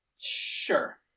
Sure